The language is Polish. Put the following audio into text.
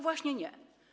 Właśnie nie.